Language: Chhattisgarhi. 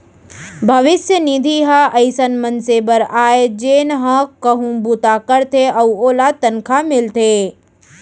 भविस्य निधि ह अइसन मनसे बर आय जेन ह कहूँ बूता करथे अउ ओला तनखा मिलथे